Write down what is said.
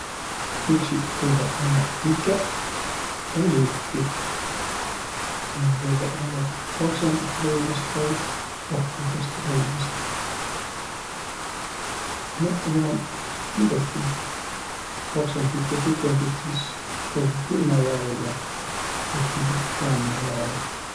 Püksiq võivaq ollaq pikäq vai lühküq. Ja võivaq ollaq paksõmbast rõivast vai ohkumbast rõivist. Noq ja muidoki paksõmbit ja pikembit sis pruugit külmäl aol ja lühkümbit lämmäl aol.